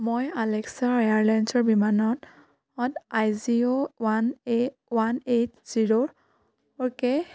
মই আলাস্কা এয়াৰলাইনছৰ বিমানত আইজঅ' one A one eight zero কেত